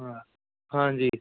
ਹਾਂ ਹਾਂਜੀ